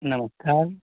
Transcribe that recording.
नमस्कार